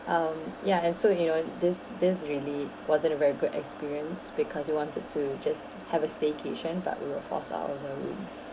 um ya and so you know this this really wasn't a very good experience because we wanted to just have a staycation but we were forced out of the room